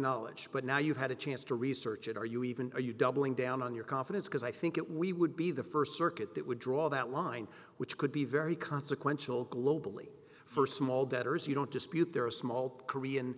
knowledge but now you have a chance to research it or you even are you doubling down on your confidence because i think it we would be the st circuit that would draw that line which could be very consequential globally for small debtors you don't dispute there are small korean